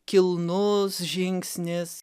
kilnus žingsnis